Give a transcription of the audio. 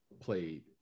played